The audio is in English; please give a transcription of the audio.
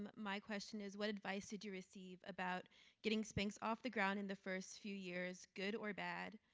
my question is what advice did you receive about getting spanx off the ground in the first few years, good or bad?